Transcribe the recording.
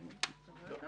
תודה.